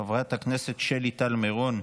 חברת הכנסת שלי טל מירון,